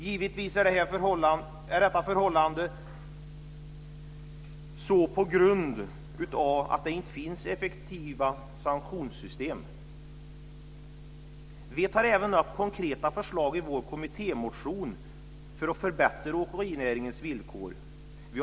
Givetvis är detta förhållande så på grund av att det inte finns effektiva sanktionssystem. Vi tar även upp konkreta förslag i vår kommittémotion för att förbättra åkernäringens villkor.